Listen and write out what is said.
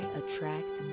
attract